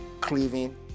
cleaving